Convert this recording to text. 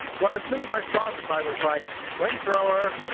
well, as soon as i saw this i was like, flamethrower!